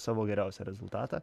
savo geriausią rezultatą